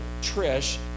Trish